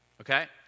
Okay